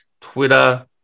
Twitter